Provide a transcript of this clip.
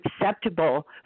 acceptable